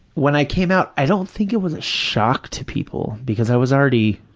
when i came out, i don't think it was a shock to people, because i was already